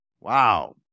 wow